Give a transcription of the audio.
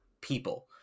people